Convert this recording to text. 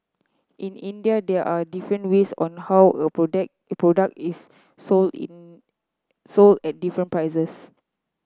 in India there are different ways on how a product product is sold in sold at different prices